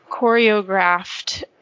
choreographed